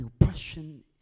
oppression